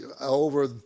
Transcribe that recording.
over –